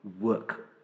work